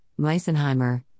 Meisenheimer